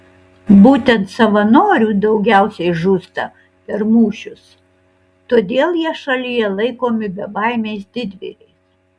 būtent savanorių daugiausiai žūsta per mūšius todėl jie šalyje laikomi bebaimiais didvyriais